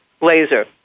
laser